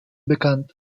bekannt